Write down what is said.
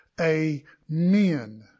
Amen